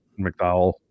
McDowell